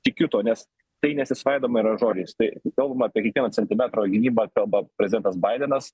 tikiu tuo nes tai nesisvaidoma yra žodžiais tai kalbama apie kiekvieno centimetro gynybą kalba prezidentas baidenas